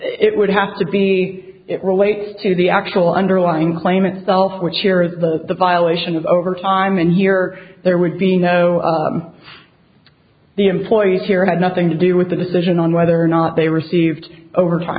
it would have to be it relates to the actual underlying claim itself which here is the violation of over time and here there would be no the employees here had nothing to do with the decision on whether or not they received overtime